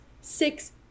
six